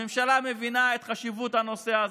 הממשלה מבינה את חשיבות הנושא הזה,